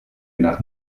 nach